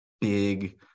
big